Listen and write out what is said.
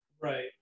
right